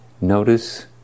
Notice